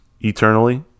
eternally